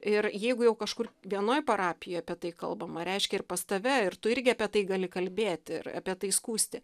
ir jeigu jau kažkur vienoj parapijoj apie tai kalbama reiškia ir pas tave ir tu irgi apie tai gali kalbėti ir apie tai skųsti